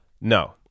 No